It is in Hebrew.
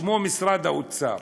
ושמו משרד האוצר,